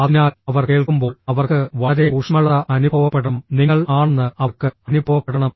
അതിനാൽ അവർ കേൾക്കുമ്പോൾ അവർക്ക് വളരെ ഊഷ്മളത അനുഭവപ്പെടണം നിങ്ങൾ ആണെന്ന് അവർക്ക് അനുഭവപ്പെടണം